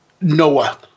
Noah